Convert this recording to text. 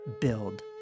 build